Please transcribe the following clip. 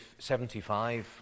75